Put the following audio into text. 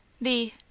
The—